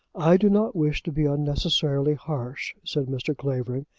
i do not wish to be unnecessarily harsh, said mr. clavering,